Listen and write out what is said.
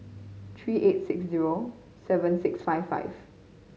three eight six zero seven six five five